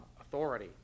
authority